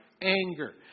anger